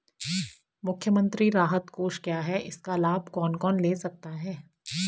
मुख्यमंत्री राहत कोष क्या है इसका लाभ कौन कौन ले सकता है?